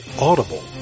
Audible